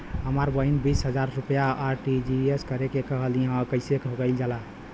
हमर बहिन बीस हजार रुपया आर.टी.जी.एस करे के कहली ह कईसे कईल जाला?